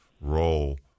role